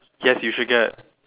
yes you should get